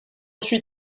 suis